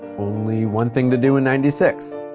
only one thing to do in ninety six.